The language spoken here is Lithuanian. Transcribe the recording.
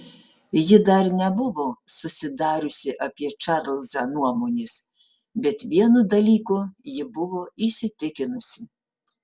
ji dar nebuvo susidariusi apie čarlzą nuomonės bet vienu dalyku ji buvo įsitikinusi